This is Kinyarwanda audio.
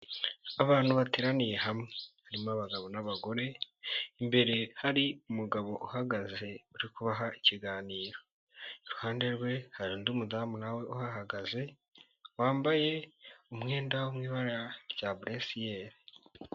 Abantu bateraniye hamwe harimo abagabo n'abagore, imbere hari umugabo uhagaze bari kubaha ikiganiro, iruhande rwe hari undi mudamu nawe uhagaze wambaye umwenda w'ibara rya burusiyeri.